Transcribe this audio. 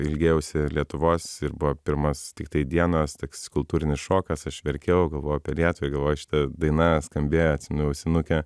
ilgėjausi lietuvos ir buvo pirmas tiktai vienas toks kultūrinis šokas aš verkiau galvojau apie lietuvą galvoj šita daina skambėjo atsimenu ausinuke